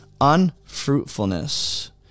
Unfruitfulness